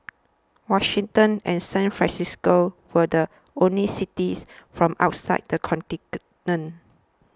Washington and San Francisco were the only cities from outside the